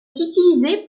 utilisées